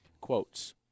quotes